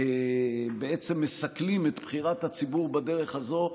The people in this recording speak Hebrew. ובעצם מסכלים את בחירת הציבור בדרך הזו,